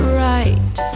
right